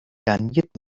garniert